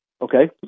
Okay